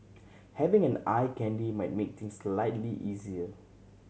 having an eye candy might make things slightly easier